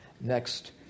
next